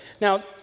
now